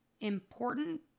important